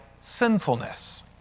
sinfulness